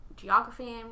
geography